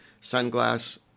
sunglass